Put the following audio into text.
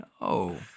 no